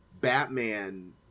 batman